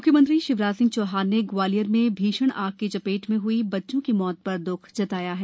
म्ख्यमंत्री शिवराज सिंह चौहान ने ग्वालियर में भीषण आग की चपेट में हई बच्चों की मौत पर द्ख व्यक्त किया है